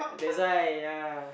that's why yea